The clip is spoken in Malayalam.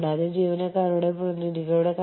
കൂടാതെ ആശയ നിർമ്മിതി നടക്കുന്നു